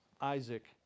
Isaac